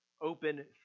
open